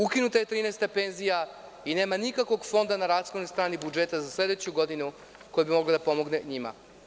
Ukinuta je trinaesta penzija i nema nikakvog fonda na rashodnoj strani budžeta za sledeću godinu, koji bi mogao da pomogne njima.